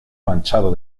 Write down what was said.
manchado